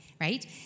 Right